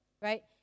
right